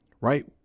Right